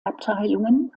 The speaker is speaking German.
abteilungen